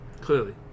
Clearly